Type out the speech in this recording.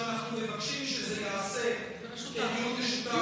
שאנחנו מבקשים שזה ייעשה בדיון משותף,